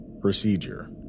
Procedure